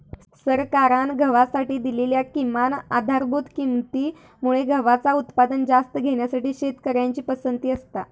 सरकारान गव्हासाठी दिलेल्या किमान आधारभूत किंमती मुळे गव्हाचा उत्पादन जास्त घेण्यासाठी शेतकऱ्यांची पसंती असता